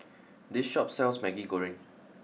this shop sells Maggi Goreng